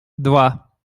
два